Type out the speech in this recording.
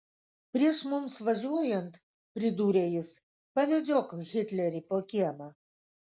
prieš mums važiuojant pridūrė jis pavedžiok hitlerį po kiemą